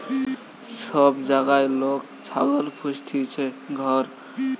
সব জাগায় লোক ছাগল পুস্তিছে ঘর